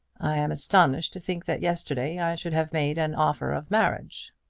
i am astonished to think that yesterday i should have made an offer of marriage.